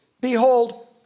Behold